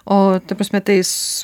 o ta prasme tais